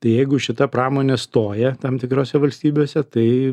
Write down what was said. tai jeigu šita pramonė stoja tam tikrose valstybėse tai